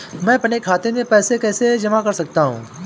मैं अपने खाते में पैसे कैसे जमा कर सकता हूँ?